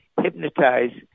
hypnotize